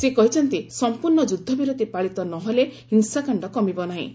ସେ କହିଛନ୍ତି ସମ୍ପର୍ଣ୍ଣ ଯୁଦ୍ଧ ବିରତି ପାଳିତ ନ ହେଲେ ହିଂସାକାଣ୍ଡ କମିବ ନାହିଁ